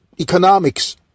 economics